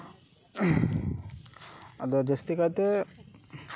ᱟᱫᱚ ᱡᱟᱹᱥᱛᱤ ᱠᱟᱭᱛᱮ